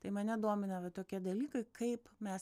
tai mane domina va tokie dalykai kaip mes